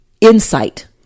insight